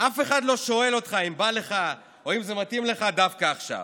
אף אחד לא שואל אותך אם בא לך או אם זה מתאים לך דווקא עכשיו.